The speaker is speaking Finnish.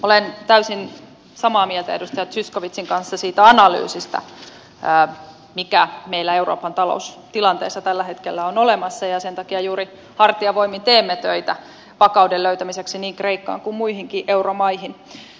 olen täysin samaa mieltä edustaja zyskowiczin kanssa siitä analyysista mikä meillä euroopan taloustilanteessa tällä hetkellä on olemassa ja sen takia juuri hartiavoimin teemme töitä vakauden löytämiseksi niin kreikkaan kuin muihinkin euromaihin